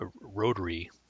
rotary